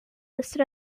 listed